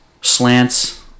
slants